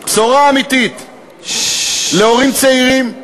בשורה אמיתית להורים צעירים,